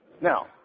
Now